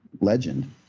legend